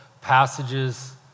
passages